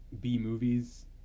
B-movies